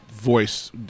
Voice